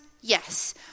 Yes